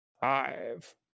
Five